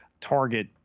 target